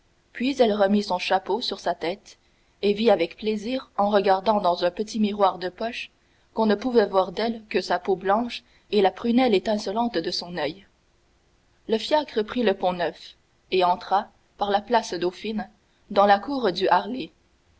puis elle remit son chapeau sur sa tête et vit avec plaisir en regardant dans un petit miroir de poche qu'on ne pouvait voir d'elle que sa peau blanche et la prunelle étincelante de son oeil le fiacre prit le pont-neuf et entra par la place dauphine dans la cour du